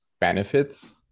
benefits